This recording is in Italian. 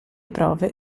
prove